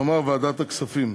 כלומר ועדת הכספים.